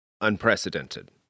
unprecedented